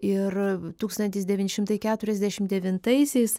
ir tūkstantis devyni šimtai keturiasdešim devintaisiais